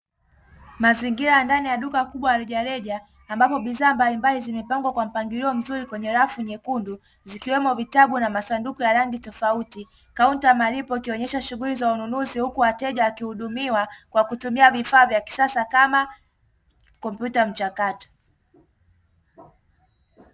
Mazingira ya ndani ya duka kubwa la rejareja ambapo bidhaa mbalimbali zimepangwa kwa mpangilio mzuri kwenye rafu nyekundu, zikiwemo vitabu na masanduku ya rangi tofauti, kaunta ya malipo ikionyesha shughuli za ununuzi huku wateja wakihudumiwa kwa kutumia vifaa vya kisasa kama kompyuta mpakato.